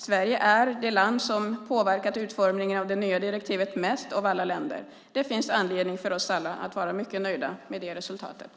Sverige är det land som påverkat utformningen av det nya direktivet mest av alla länder. Det finns anledning för oss alla att vara mycket nöjda med det resultatet.